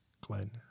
Glenn